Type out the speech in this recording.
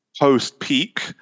post-peak